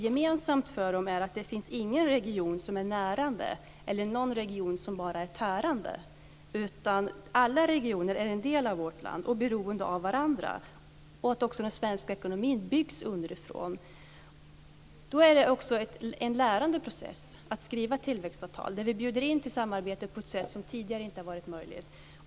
Gemensamt för dem är att det inte finns någon region som är närande eller någon som bara är tärande, utan alla regioner är en del av vårt land och är beroende av varandra och av att den svenska ekonomin byggs underifrån. Då är det också en lärande process att skriva tillväxtavtal där vi bjuder in till samarbete på ett sätt som tidigare inte varit möjligt.